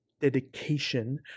dedication